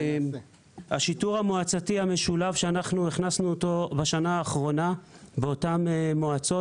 השיטור המועצתי המשולב שאנחנו הכנסנו אותו בשנה האחרונה באותן מועצות